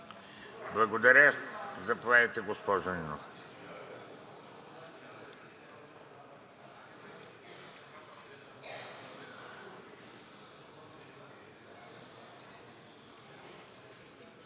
Благодаря. Заповядайте, госпожо